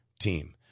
team